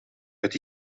het